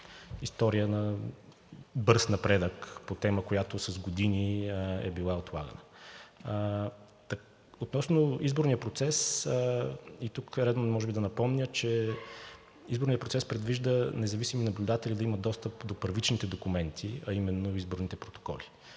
история на бърз напредък и по тема, която с години е била отлагана. Относно изборния процес, и тук е редно може би да напомня, че изборният процес предвижда независими наблюдатели да имат достъп до първичните документи, а именно изборните протоколи.